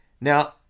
Now